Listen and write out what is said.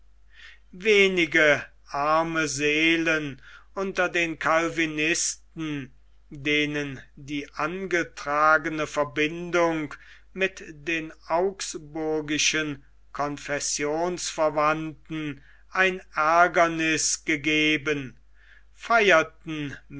wenige arme seelen unter den calvinisten denen die angetragene verbindung mit den augsburgischen confessionsverwandten ein aergerniß gegeben feierten